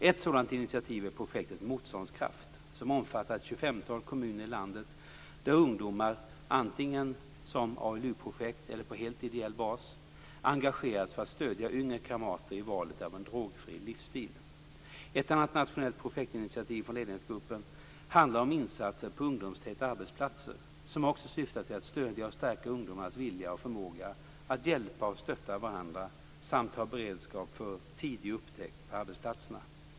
Ett sådant initiativ är projektet Motstånds-Kraft som omfattar ett 25-tal kommuner i landet där ungdomar, antingen som ALU-projekt eller på helt ideell bas, engageras för att stödja yngre kamrater i valet av en drogfri livsstil. Ett annat nationellt projektinitiativ från ledningsgruppen handlar om insatser på ungdomstäta arbetsplatser som också syftar till att stödja och stärka ungdomarnas vilja och förmåga att hjälpa och stötta varandra samt ha beredskap för "tidig upptäckt" på arbetsplatserna.